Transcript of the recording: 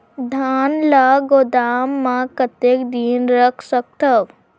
धान ल गोदाम म कतेक दिन रख सकथव?